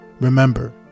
remember